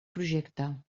projecte